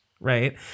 Right